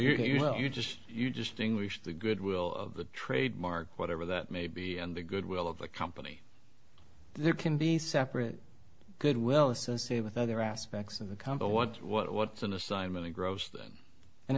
you or you just you just english the goodwill of the trademark whatever that may be and the goodwill of the company there can be separate goodwill associate with other aspects of a come to what what's an assignment a gross an